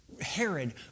Herod